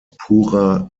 purer